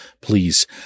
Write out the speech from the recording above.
please